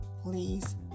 please